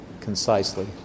concisely